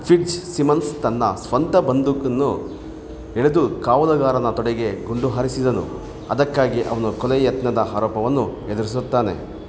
fits Simmons ತನ್ನ ಸ್ವಂತ ಬಂದೂಕನ್ನು ಎಳೆದು ಕಾವಲುಗಾರನ ತೊಡೆಗೆ ಗುಂಡು ಹಾರಿಸಿದನು ಅದಕ್ಕಾಗಿ ಅವನು ಕೊಲೆ ಯತ್ನದ ಆರೋಪವನ್ನು ಎದುರಿಸುತ್ತಾನೆ